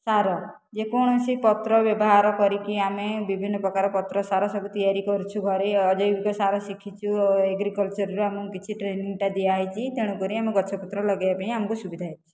ସାର ଯେକୌଣସି ପତ୍ର ବ୍ୟବହାର କରିକି ଆମେ ବିଭିନ୍ନ ପ୍ରକାର ପତ୍ର ସାର ସବୁ ତିଆରି କରିଛୁ ଘରେ ଓ ଜୈବିକ ସାର ଶିଖିଛୁ ଏଗ୍ରିକଲଚର ରେ ଆମକୁ କିଛି ଟ୍ରେନିଂ ଟା ଦିଆହୋଇଛି ତେଣୁକରି ଆମ ଗଛପତ୍ର ଲଗେଇବା ପାଇଁ ଆମକୁ ସୁବିଧା ହୋଇଛି